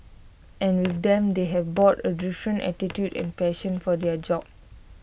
and with them they have brought A different attitude and passion for their job